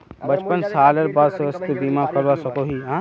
पचपन सालेर बाद स्वास्थ्य बीमा करवा सकोहो ही?